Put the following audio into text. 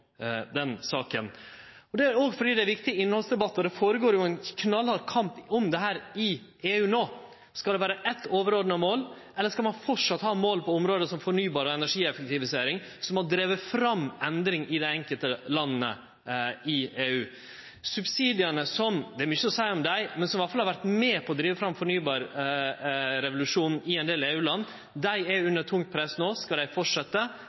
den saka. Det er òg fordi det er ein viktig innhaldsdebatt, og det føregår ein knallhard kamp om dette i EU no. Skal det vere eitt overordna mål, eller skal ein framleis ha mål på område som fornybar og energieffektivisering, som har drive fram endring i dei enkelte landa i EU? Det er mykje å seie om subsidiane, men dei har i alle fall vore med på å drive fram fornybarrevolusjonen i ein del EU-land. Dei er under tungt press no. Skal dei